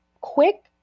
quick